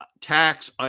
tax